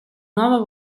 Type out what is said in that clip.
nuovo